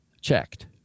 checked